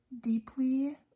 deeply